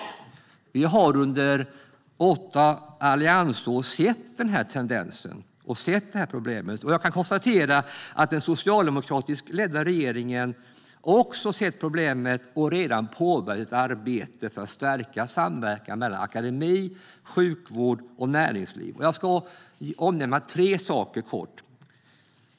Vi har under åtta alliansår sett denna tendens och detta problem. Jag kan konstatera att den socialdemokratiskt ledda regeringen också sett problemet och redan påbörjat ett arbete för att stärka samverkan mellan akademi, sjukvård och näringsliv. Låt mig kort omnämna tre saker.